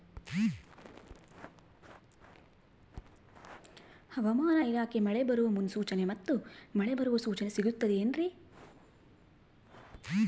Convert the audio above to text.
ಹವಮಾನ ಇಲಾಖೆ ಮಳೆ ಬರುವ ಮುನ್ಸೂಚನೆ ಮತ್ತು ಮಳೆ ಬರುವ ಸೂಚನೆ ಸಿಗುತ್ತದೆ ಏನ್ರಿ?